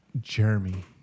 Jeremy